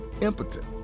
impotent